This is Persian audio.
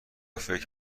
فکر